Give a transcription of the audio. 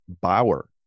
Bauer